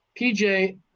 PJ